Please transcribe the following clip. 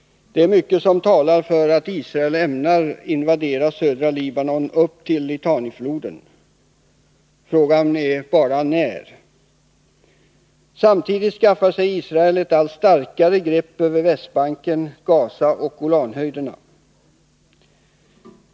Det är mycket som talar för att Israel ämnar invadera södra Libanon upp till Litanifloden. Frågan är bara när. Samtidigt skaffar sig Israel ett allt starkare grepp över Västbanken, Gaza och Golanhöjderna.